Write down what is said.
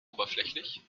oberflächlich